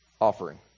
offering